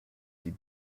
die